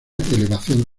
elevación